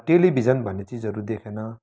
television भन्ने चिजहरू देखेन